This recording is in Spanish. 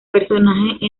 personaje